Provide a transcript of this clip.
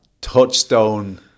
touchstone